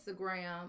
Instagram